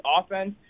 offense